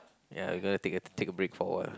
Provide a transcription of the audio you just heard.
ya we gonna take a take a break for a while